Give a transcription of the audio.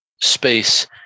space